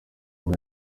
rero